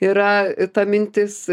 yra ta mintis